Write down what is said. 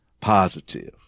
positive